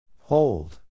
Hold